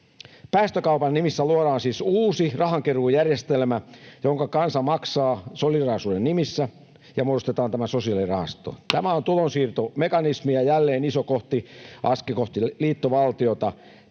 Päästökaupan nimissä luodaan siis uusi rahankeruujärjestelmä, jonka kansa maksaa solidaarisuuden nimissä, ja muodostetaan tämä sosiaalirahasto. Tämä on tulonsiirtomekanismi ja jälleen iso askel kohti liittovaltiota.